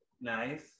nice